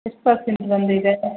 ಎಷ್ಟು ಪರ್ಸೆಂಟ್ ಬಂದಿದೆ